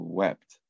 wept